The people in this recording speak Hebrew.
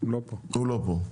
לא פה.